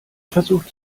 versucht